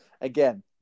again